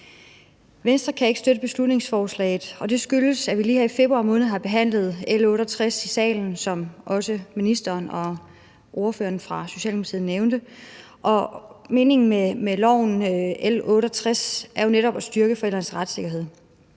Venstre kan ikke støtte beslutningsforslaget, og det skyldes, at vi lige her i februar måned har behandlet L 68 B her i salen, som også ministeren og ordføreren fra Socialdemokratiet nævnte, og meningen med L 68 B er jo netop at styrke forældrenes retssikkerhed.